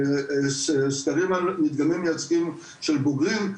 סקרים על מדגמי מייצגים של בוגרים.